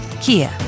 Kia